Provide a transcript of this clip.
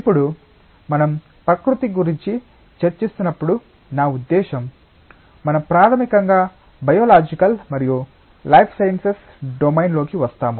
ఇప్పుడు మనం ప్రకృతి గురించి చర్చిస్తున్నప్పుడు నా ఉద్దేశ్యం మనం ప్రాథమికంగా బయోలాజికల్ మరియు లైఫ్ సైన్సెస్ డొమైన్ లోకి వస్తాము